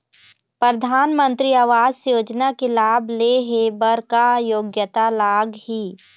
परधानमंतरी आवास योजना के लाभ ले हे बर का योग्यता लाग ही?